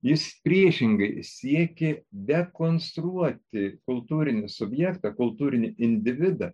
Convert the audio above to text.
jis priešingai siekė dekonstruoti kultūrinį subjektą kultūrinį individą